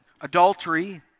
adultery